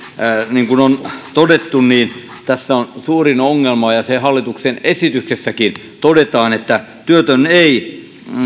niin kuin on todettu tässä on suurin ongelma se ja se hallituksen esityksessäkin todetaan että työtön ei